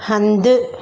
हंधु